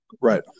Right